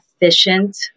efficient